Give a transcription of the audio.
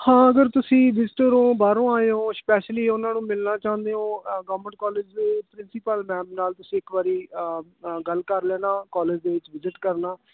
ਹਾਂ ਅਗਰ ਤੁਸੀਂ ਵਿਜ਼ਟਰ ਹੋ ਬਾਹਰੋਂ ਆਏ ਹੋ ਸ਼ਪੈਸ਼ਲੀ ਉਨ੍ਹਾਂ ਨੂੰ ਮਿਲਣਾ ਚਾਹੁੰਦੇ ਹੋ ਗੌਮੈਂਟ ਕੋਲਜ ਦੇ ਪ੍ਰਿੰਸੀਪਲ ਮੈਮ ਨਾਲ ਤੁਸੀਂ ਇੱਕ ਵਾਰੀ ਗੱਲ ਕਰ ਲੈਣਾ ਕੋਲਜ ਦੇ ਵਿੱਚ ਵਿਜਿਟ ਕਰਨਾ